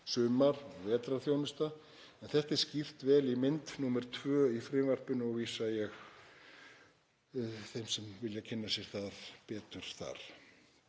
sumar- vetrarþjónusua, en þetta er skýrt vel í mynd nr. 2 í frumvarpinu og vísa ég þeim sem vilja kynna sér það betur á það.